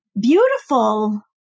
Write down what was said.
beautiful